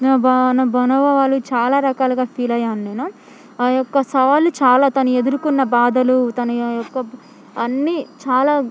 బ అనుభవాలు చాలా రకాలుగా ఫీల్ అయ్యాను నేను ఆ యొక్క సవాళ్ళు చాలా తను ఎదుర్కొన్న బాధలు తన యొక్క అన్నీ చాలా